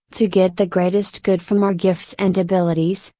to get the greatest good from our gifts and abilities,